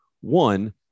One